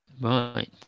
Right